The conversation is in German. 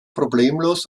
problemlos